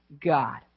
God